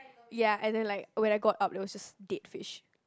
ya and then like when I got up there was just dead fish